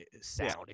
sound